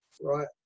right